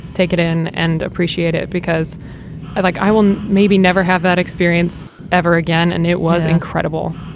take it in and appreciate it because i like i will maybe never have that experience ever again. and it was incredible.